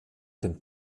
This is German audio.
dem